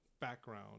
background